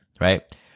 right